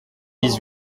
dix